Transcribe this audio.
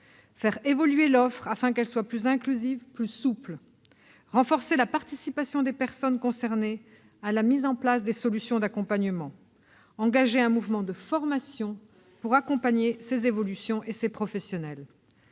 faire évoluer l'offre afin qu'elle soit plus inclusive et plus souple ; renforcer la participation des personnes concernées à la mise en place des solutions d'accompagnement ; engager un mouvement de formation pour accompagner ces évolutions et ces professionnels.